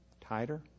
tighter